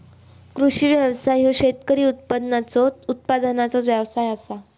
कृषी व्यवसाय ह्यो शेतकी उत्पादनाचो व्यवसाय आसा